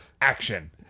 action